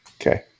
Okay